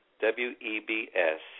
W-E-B-S